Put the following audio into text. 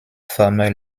former